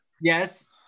Yes